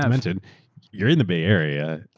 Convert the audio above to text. um and and you're in the bay area,